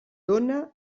dóna